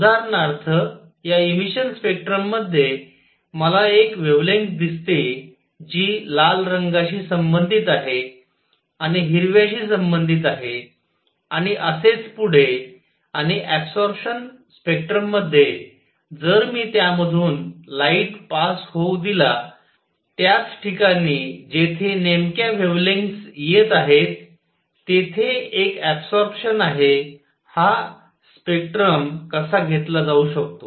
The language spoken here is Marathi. उदाहरणार्थ या इमिशन स्पेक्ट्रममध्ये मला एक वेव्हलेंग्थ दिसते जी लाल रंगाशी संबंधित आहे आणि हिरव्याशी संबंधित आहे आणि असेच पुढे आणि अबसॉरपशन स्पेक्ट्रममध्ये जर मी त्यामधून लाइट पास होऊ दिला त्याच ठिकाणी जेथे नेमक्या वेव्हलेंग्थस येत आहे तेथे एक ऍबसॉरप्शन आहे हा स्पेक्ट्रम कसा घेतला जाऊ शकतो